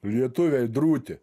lietuviai drūti